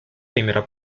primera